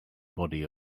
body